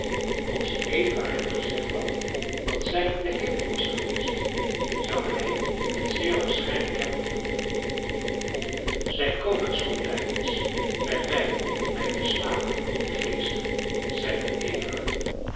als eva hem gezegd had dat zij in den hemel was geweest zou hij het zeer waarschijnlijk hebben gevonden zij komen somtijds bij mij in mijnen slaap die geesten zeide eva